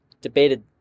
debated